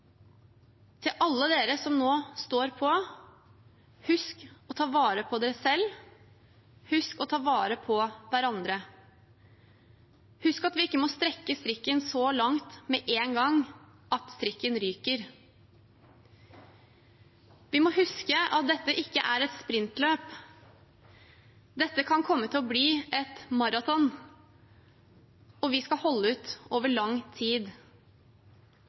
Til alle dere som nå står på: Husk å ta vare på dere selv, husk å ta vare på hverandre. Husk at vi ikke må strekke strikken så langt med en gang, at strikken ryker. Vi må huske at dette ikke er et sprintløp. Dette kan komme til å bli en maraton, og vi skal holde ut over lang tid.